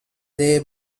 they